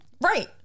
Right